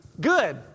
Good